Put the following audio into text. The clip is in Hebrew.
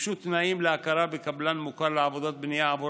גובשו תנאים להכרה בקבלן מוכר לעבודות בנייה עבור